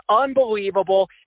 unbelievable